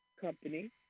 company